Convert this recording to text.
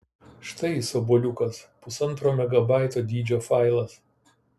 štai jis obuoliukas pusantro megabaito dydžio failas